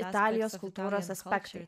italijos kultūros aspektai